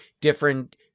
different